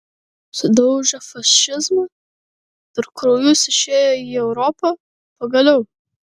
sudaužę fašizmą per kraujus išėję į europą pagaliau